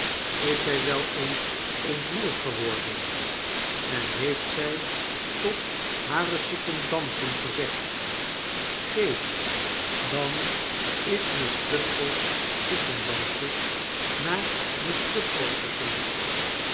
is zy wel eens ergontroerd geworden en heeft zij tot hare secondante gezegd g dan is miss pupford's secondante naar miss pupford gegaan